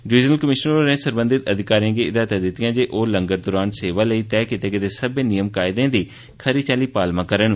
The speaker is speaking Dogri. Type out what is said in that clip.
डिवीजनल कमिशनर होरें सरबंधत अधिकारिएं गी हिदायतां दित्तिआं जे ओह लंगर दौरान सेवा लेई तैय कीते गेदे सब्बै नियम कायदें दी खरी चाल्ली पालमा करन